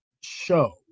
show